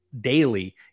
daily